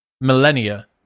millennia